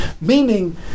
Meaning